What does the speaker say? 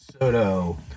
Soto